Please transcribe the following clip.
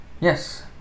Yes